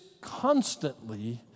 constantly